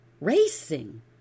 racing